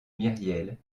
myriel